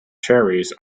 cherries